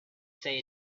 say